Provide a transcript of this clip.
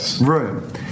room